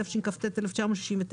התשכ"ט-1969.